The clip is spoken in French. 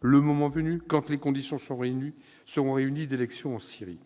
le moment venu, quand les conditions seront réunies -d'élections en Syrie.